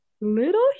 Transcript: little